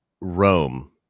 Rome